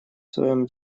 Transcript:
своем